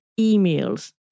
emails